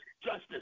justice